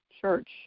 church